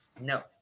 No